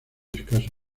escaso